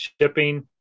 shipping